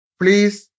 please